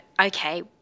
okay